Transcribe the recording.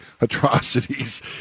atrocities